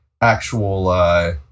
actual